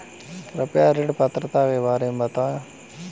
कृपया ऋण पात्रता के बारे में बताएँ?